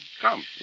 Come